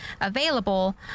available